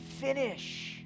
finish